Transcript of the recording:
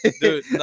Dude